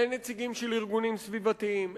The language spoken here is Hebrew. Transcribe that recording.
אין נציגים של ארגונים סביבתיים,